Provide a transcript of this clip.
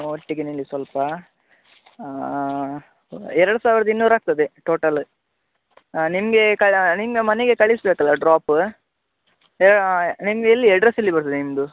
ಒಟ್ಟಿಗೆ ನಿಲ್ಲಿ ಸ್ವಲ್ಪ ಎರಡು ಸಾವಿರದ ಇನ್ನೂರು ಆಗ್ತದೆ ಟೋಟಲ್ ನಿಮಗೇ ಕಳಾ ನಿಮ್ಗೆ ಮನೆಗೆ ಕಳಿಸಬೇಕಲ್ಲ ಡ್ರಾಪ್ ಹೇಳಿ ನಿಮ್ದು ಎಲ್ಲಿ ಅಡ್ರೆಸ್ ಎಲ್ಲಿ ಬರ್ತದೆ ನಿಮ್ಮದು